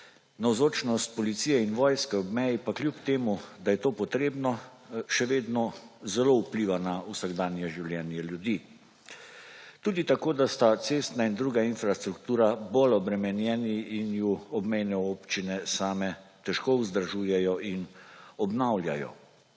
navzočnost policije in vojska ob meji, pa kljub temu, da je to potrebno, še vedno zelo vpliva na vsakdanje življenje ljudi. Tudi tako, da sta cestna in druga infrastruktura bolj obremenjeni in ju obmejne občine same težko vzdržujejo in obnavljajo.